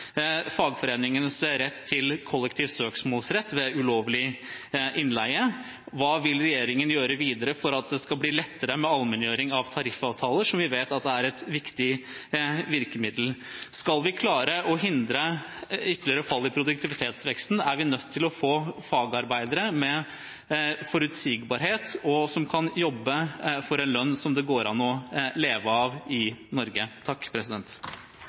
fagforeningenes rett til kollektivt søksmål ved ulovlig innleie. Hva vil regjeringen gjøre videre for at det skal bli lettere med allmenngjøring av tariffavtaler, som vi vet er et viktig virkemiddel? Skal vi klare å hindre ytterligere fall i produktivitetsveksten, er vi nødt til å få fagarbeidere med forutsigbarhet og som kan jobbe for en lønn som det går an å leve av i Norge.